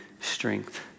strength